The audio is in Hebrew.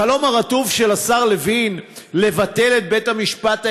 החלום הרטוב של השר לוין הוא לבטל את בית-המשפט העליון,